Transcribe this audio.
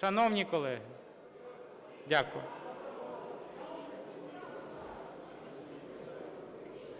(Шановні колеги! Дякую.